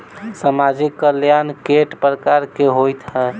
सामाजिक कल्याण केट प्रकार केँ होइ है?